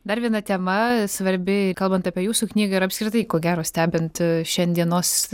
dar viena tema svarbi kalbant apie jūsų knygą ir apskritai ko gero stebint šiandienos